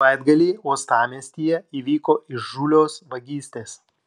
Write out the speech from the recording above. savaitgalį uostamiestyje įvyko įžūlios vagystės